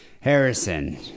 Harrison